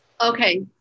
Okay